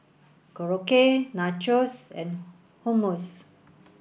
Korokke Nachos and Hummus